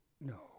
No